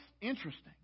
interesting